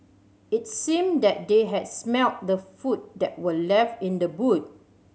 its seemed that they had smelt the food that were left in the boot